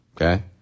okay